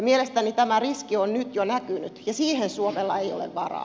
mielestäni tämä riski on nyt jo näkynyt ja siihen suomella ei ole varaa